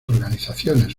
organizaciones